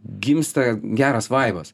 gimsta geras vaibas